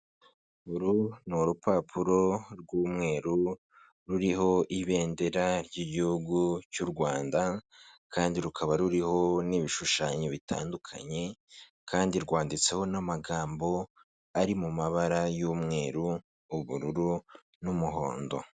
Uru ni urupapuro rw'umweru ruriho ibendera ry'igihugu cy'u Rwanda kandi rukaba ruriho n'ibishushanyo bitandukanye kandi rwanditseho n'amagambo ari mu mabara y'umweru, ubururu n'umuhondo.